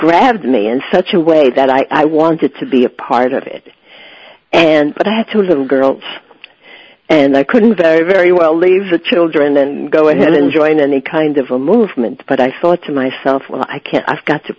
grabbed me in such a way that i wanted to be a part of it and but i had two little girls and i couldn't very very well leave the children and go ahead and join any kind of a movement but i thought to myself well i can't i've got to